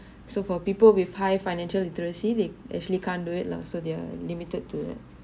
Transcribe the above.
so for people with high financial literacy they actually can't do it lah so they are limited to